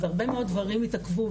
אז הרבה מאוד דברים התעכבו,